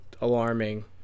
alarming